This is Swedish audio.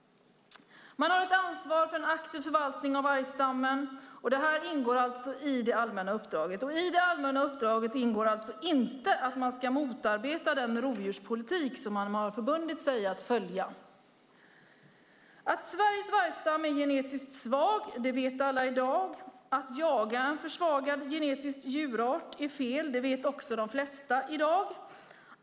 De har ett ansvar för en aktiv förvaltning av vargstammen. Detta ingår i det allmänna uppdraget. I det allmänna uppdraget ingår alltså inte att man ska motarbeta den rovdjurspolitik som man förbundit sig att följa. Att Sveriges vargstam är genetiskt svag vet alla i dag. Att jaga en genetiskt försvagad djurart är fel. Det vet de flesta i dag.